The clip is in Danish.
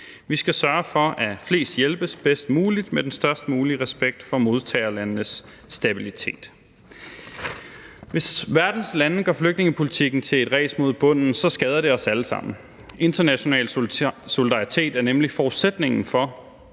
Vi skal sørge for, at flest hjælpes bedst muligt med den størst mulige respekt for modtagerlandenes stabilitet. Hvis verdens lande gør flygtningepolitikken til et ræs mod bunden, skader det os alle sammen. International solidaritet er nemlig forudsætningen for,